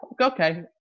okay